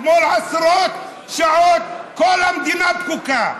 אתמול, עשרות שעות, כל המדינה פקוקה.